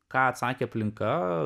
ką atsakė aplinka